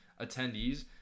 attendees